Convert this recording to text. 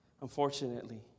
unfortunately